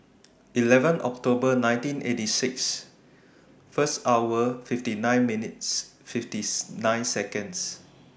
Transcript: eleven October nineteen eighty six one hour fifty nine minutes fifty nine Seconds